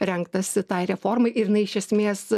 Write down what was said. rengtasi tai reformai ir jinai iš esmės